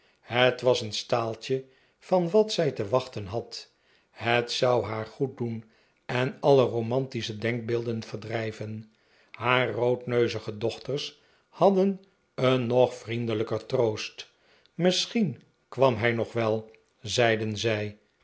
het was een staaltje van wat zij te wachten had het zou haar goed doen en alle romantische denkbeelden verdrijven haar roodneuzige dochters hadden een nog vriendelijker troost misschien kwam hij nog wel zeiden zij